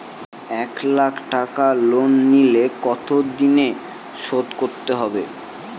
এক লাখ টাকা লোন নিলে কতদিনে শোধ করতে হবে?